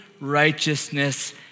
righteousness